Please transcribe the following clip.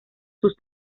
sus